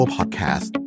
Podcast